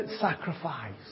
sacrifice